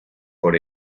por